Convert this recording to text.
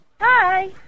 Hi